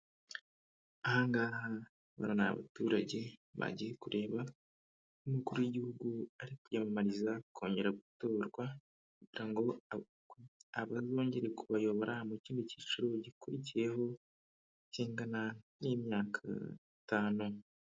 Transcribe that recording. Aha ngaha ni abaturage bagiye kureba umukuru w'igihugu uri kwiyamamariza kongera gutorwa kugira ngo, aba ari we wongera kubayobora mu kindi cyiciro gikurikiyeho kingana n'imyaka itanu.